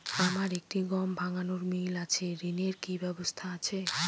আমার একটি গম ভাঙানোর মিল আছে ঋণের কি ব্যবস্থা আছে?